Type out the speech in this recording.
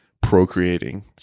procreating